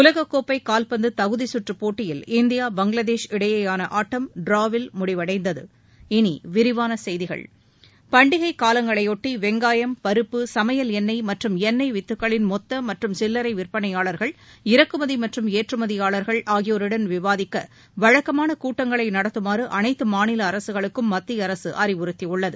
உலக கோப்பை கால்பந்து தகுதி கற்றப்போட்டியில் இந்தியா பங்களாதேஷ் இடையேயாள ஆட்டம் டிராவில் முடிவடைந்தது இனி விரிவான செய்திகள் பண்டிகை காலங்களையொட்டி வெங்காயம் பருப்பு சமையல் எண்ணெய் மற்றும் எண்ணெய் வித்துகளின் மொத்த மற்றும் சில்லரை விற்பனையார்கள் இறக்குமதி மற்றும் ஏற்றுமதியாளர்கள் ஆகியோருடன் விவாதிக்க வழக்கமான கூட்டங்களை நடத்துமாறு அனைத்து மாநில அரசுகளுக்கும் மத்திய அரசு அறிவுறுத்தியுள்ளது